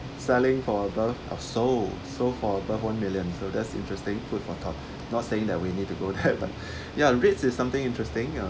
selling for above oh sold sold for above one million so that's interesting food for thought not saying that we need to go that lah ya REITs is something interesting ya